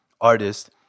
artist